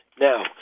now